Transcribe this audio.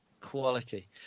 Quality